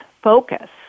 focus